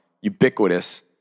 ubiquitous